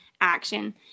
action